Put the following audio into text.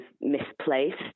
misplaced